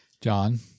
John